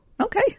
Okay